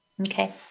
Okay